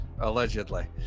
allegedly